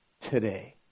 today